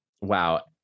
Wow